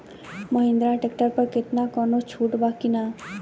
Mahindra tractor पर केतना कौनो छूट बा कि ना?